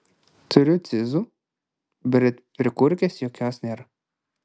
turiu cyzų bet prikurkės jokios nėr